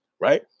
right